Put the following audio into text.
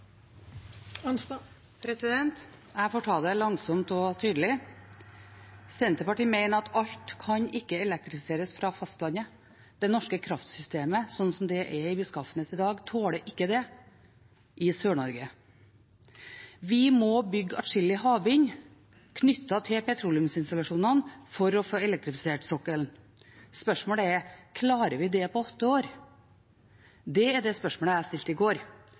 Jeg får ta det langsomt og tydelig. Senterpartiet mener at alt kan ikke elektrifiseres fra fastlandet. Det norske kraftsystemet, sånn som det er i beskaffenhet i dag, tåler ikke det i Sør-Norge. Vi må bygge atskillig havvind knyttet til petroleumsinstallasjonene for å få elektrifisert sokkelen. Spørsmålet er: Klarer vi det på åtte år? Det er det spørsmålet jeg stilte i går.